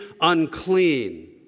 unclean